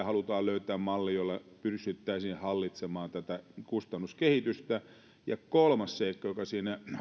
halutaan löytää malli jolla pystyttäisiin hallitsemaan tätä kustannuskehitystä kolmas seikka joka hallitusohjelman